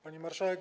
Pani Marszałek!